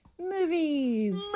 Movies